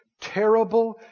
terrible